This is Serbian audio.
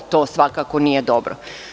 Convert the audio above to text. To svakako nije dobro.